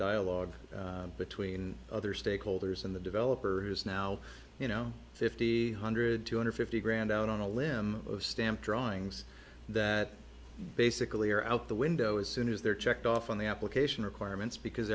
dialogue between other stakeholders and the developer who's now you know fifty hundred two hundred fifty grand out on a limb of stamp drawings that basically are out the window as soon as they're checked off on the application requirements because